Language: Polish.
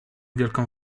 wielką